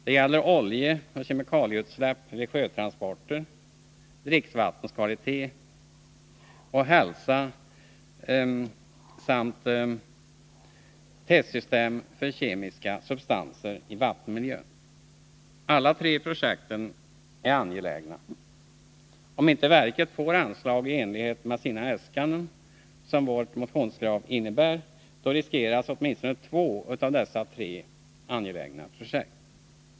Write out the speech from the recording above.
Det gäller oljeoch kemikalieutsläpp vid sjötransporter, dricksvattenkvalitet och hälsa samt testsystem för kemiska substanser i vattenmiljön. Alla projekten är angelägna. Om inte verket får anslag i enlighet med sina äskanden, vilka överensstämmer med våra motionskrav, riskerar man åtminstone två av dessa tre angelägna projekt.